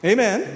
Amen